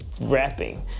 rapping